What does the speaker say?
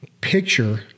picture